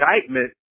indictment